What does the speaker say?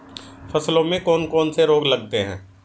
फसलों में कौन कौन से रोग लगते हैं?